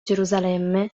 gerusalemme